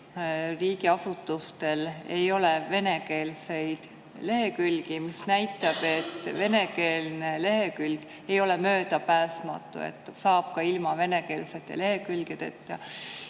riigiasutustel ei ole venekeelseid lehekülgi, mis näitab, et venekeelne lehekülg ei ole möödapääsmatu, et saab ka ilma venekeelsete lehekülgedeta.